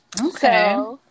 Okay